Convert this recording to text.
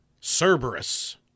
Cerberus